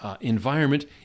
environment